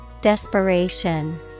Desperation